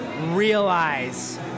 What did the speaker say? Realize